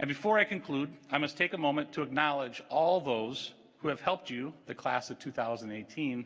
and before i conclude must take a moment to acknowledge all those who have helped you the class of two thousand and eighteen